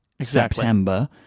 September